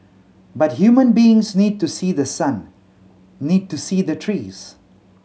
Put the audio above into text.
but human beings need to see the sun need to see the trees